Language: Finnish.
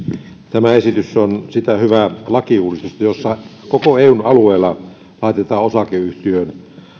tämä esitys on hyvä lakiuudistus jossa koko eun alueella laitetaan osakeyhtiön